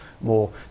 more